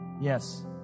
Yes